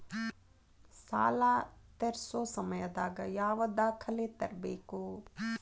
ಸಾಲಾ ತೇರ್ಸೋ ಸಮಯದಾಗ ಯಾವ ದಾಖಲೆ ತರ್ಬೇಕು?